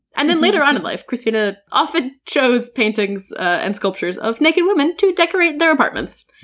and then later on in life, kristina often chose paintings and sculptures of naked women to decorate their apartments,